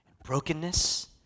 Brokenness